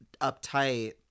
uptight